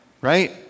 right